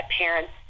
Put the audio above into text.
parents